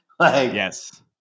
Yes